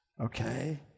Okay